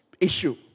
issue